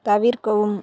தவிர்க்கவும்